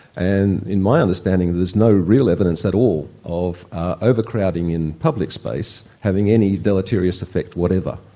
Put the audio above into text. and in my understanding there is no real evidence at all of overcrowding in public space having any deleterious effect whatever.